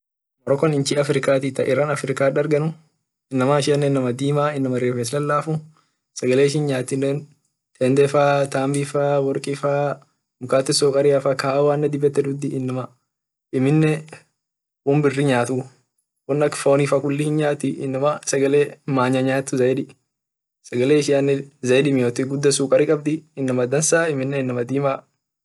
Moroccon inchi africati ka iran africat dargenu inam ishia inama dima inam rifes lalafu sagale ishin nyatine tembe faa tambi faa worki faa muketi sukaria faa kahawane dib et dudi amine inam won biri nyatumu won ak fonifaa dib et nyati inama sagale manya nyat inama dansa amine inama dima.